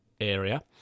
area